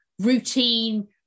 routine